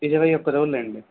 ఇరవై ఒక్క రోజులు అండి